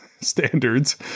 standards